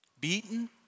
beaten